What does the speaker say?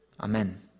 Amen